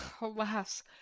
alas